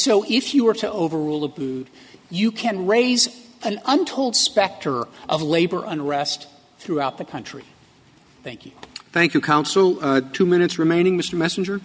so if you were to overrule the you can raise an untold specter of labor unrest throughout the country thank you thank you council two minutes remaining mr messenger